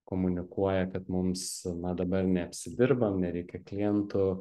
komunikuoja kad mums na dabar neapsidirbam nereikia klientų